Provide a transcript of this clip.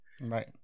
Right